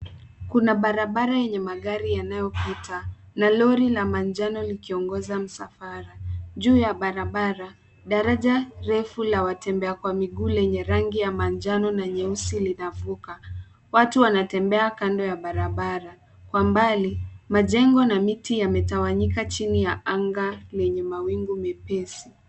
Kuna barabara yenye magari yanayopita na lori la manjano likiongoza msafara. Juu ya barabara daraja refu la watembea kwa miguu lenye rangi ya manjano na nyeusi linavuka. Watu wanatembea kando ya barabara. Kwa mbali majengo na miti yanatawanyika chini ya anga yenye mawingu mepesi.